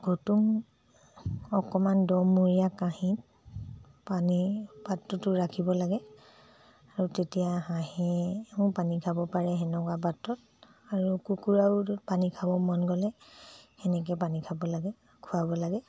ঘুটুং অকণমান দমূৰীয়া কাঁহীত পানীৰ পাত্ৰতো ৰাখিব লাগে আৰু তেতিয়া হাঁহেও পানী খাব পাৰে তেনেকুৱা পাত্ৰত আৰু কুকুৰাও পানী খাব মন গ'লে তেনেকৈ পানী খাব লাগে খোৱাব লাগে